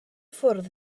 ffwrdd